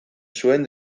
zuen